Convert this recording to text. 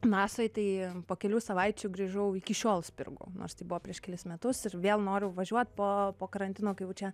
nasoj tai po kelių savaičių grįžau iki šiol spirgu nors tai buvo prieš kelis metus ir vėl noriu važiuot po po karantino kai jau čia